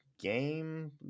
game